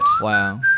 Wow